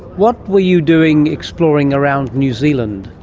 what were you doing exploring around new zealand?